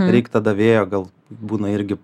reik tada vėjo gal būna irgi